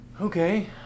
Okay